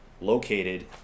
located